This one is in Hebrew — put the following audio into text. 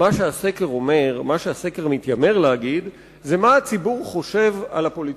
מה שהסקר מתיימר להגיד זה מה הציבור חושב על הפוליטיקאים.